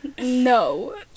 no